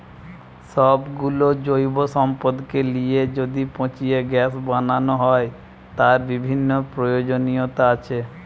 সব গুলো জৈব সম্পদকে লিয়ে যদি পচিয়ে গ্যাস বানানো হয়, তার বিভিন্ন প্রয়োজনীয়তা আছে